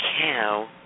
cow